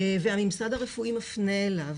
והממסד הרפואי מפנה אליו.